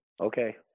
Okay